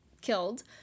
killed